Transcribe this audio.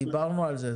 דיברנו על זה.